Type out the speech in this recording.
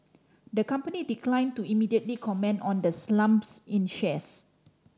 the company declined to immediately comment on the slumps in shares